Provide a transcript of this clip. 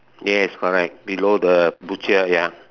yes correct below the butcher ya